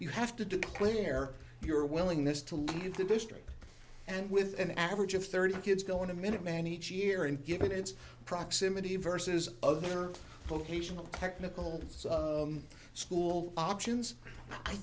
you have to declare your willingness to leave the district and with an average of thirty kids going to minuteman each year and given its proximity vs other vocational technical school options i